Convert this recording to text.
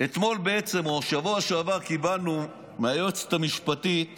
אתמול או בעצם בשבוע שעבר קיבלנו מהיועצת המשפטית